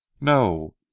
no